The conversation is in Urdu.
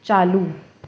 چالو